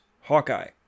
Hawkeye